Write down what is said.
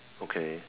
okay